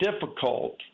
difficult